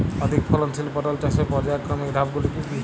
অধিক ফলনশীল পটল চাষের পর্যায়ক্রমিক ধাপগুলি কি কি?